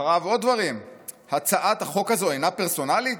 עוד דברים אחריו: הצעת החוק הזאת אינה פרסונלית?